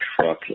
truck